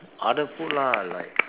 other food lah like